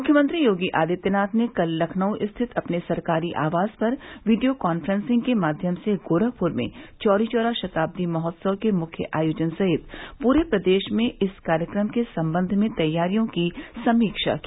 मुख्यमंत्री योगी आदित्यनाथ ने कल लखनऊ स्थित अपने सरकारी आवास पर वीडियो कान्फ्रेंसिंग माध्यम से गोरखपुर में चौरीचौरा शताब्दी महोत्सव के मुख्य आयोजन सहित पूरे प्रदेश में इस कार्यक्रम के सम्बंध में तैयारियों की समीक्षा की